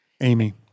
Amy